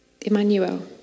Emmanuel